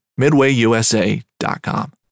MidwayUSA.com